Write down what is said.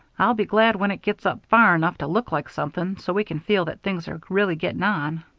i'll be glad when it gets up far enough to look like something, so we can feel that things are really getting on.